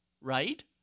right